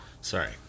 Sorry